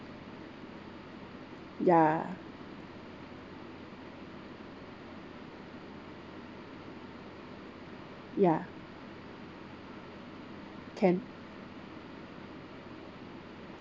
ya ya can